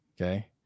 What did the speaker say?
Okay